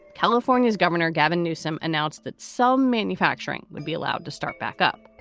california's governor, gavin newsom, announced that cell manufacturing would be allowed to start back up.